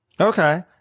Okay